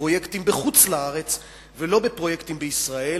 בפרויקטים בחוץ-לארץ ולא בפרויקטים בישראל,